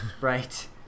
right